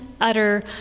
utter